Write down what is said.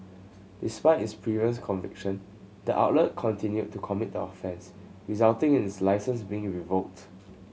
despite its previous conviction the outlet continued to commit the offence resulting in its licence being revoked